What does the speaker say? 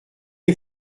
est